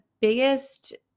biggest